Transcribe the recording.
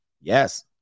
Yes